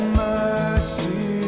mercy